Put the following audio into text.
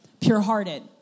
pure-hearted